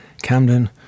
Camden